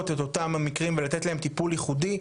את אותם המקרים ולתת להם טיפול ייחודי,